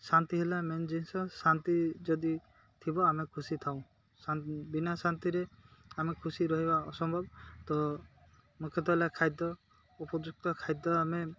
ଶାନ୍ତି ହେଲା ମେନ୍ ଜିନିଷ ଶାନ୍ତି ଯଦି ଥିବ ଆମେ ଖୁସି ଥାଉଁ ଶାନ ବିନା ଶାନ୍ତିରେ ଆମେ ଖୁସି ରହିବା ଅସମ୍ଭବ ତ ମୁଖ୍ୟତଃ ହେଲା ଖାଦ୍ୟ ଉପଯୁକ୍ତ ଖାଦ୍ୟ ଆମେ